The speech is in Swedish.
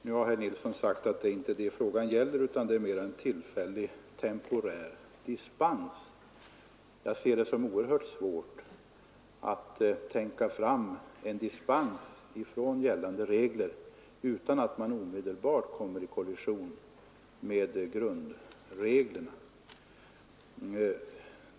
Nu har herr Nilsson sagt att det inte är det frågan gäller utan mer en temporär dispens. Jag ser det som oerhört svårt att tänka fram en dispens från gällande regler utan att man omedelbart kommer i kollision med grundreglerna.